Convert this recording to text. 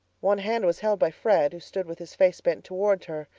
one hand was held by fred, who stood with his face bent toward her,